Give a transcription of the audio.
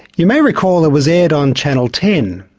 you may recall it was aired on channel ten,